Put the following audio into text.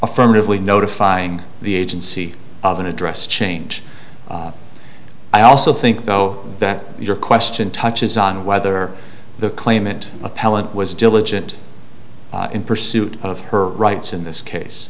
affirmatively notifying the agency of an address change i also think though that your question touches on whether the claimant appellant was diligent in pursuit of her rights in this case